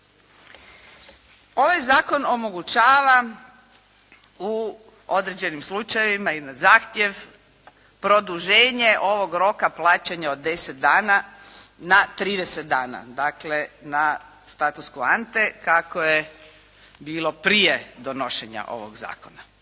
Ovaj zakon omogućava u određenim slučajevima i na zahtjev produženje ovog roka plaćanja od deset dana na trideset dana, dakle na status …/Govornica se ne razumije./… kako je bilo prije donošenja ovog zakona.